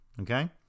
Okay